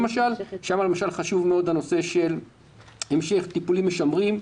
שם למשל חשוב מאוד המשך טיפולים משמרים,